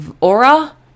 aura